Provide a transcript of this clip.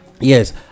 yes